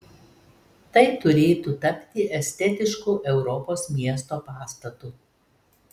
tai turėtų tapti estetišku europos miesto pastatu